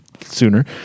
sooner